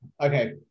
Okay